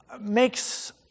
makes